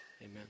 Amen